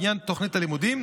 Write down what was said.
בעניין תוכנית הלימודים,